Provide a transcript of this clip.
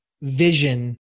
vision